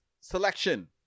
selection